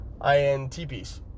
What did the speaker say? INTPs